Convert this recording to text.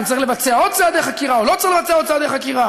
אם צריך לבצע עוד צעדי חקירה או לא צריך לבצע עוד צעדי חקירה,